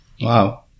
Wow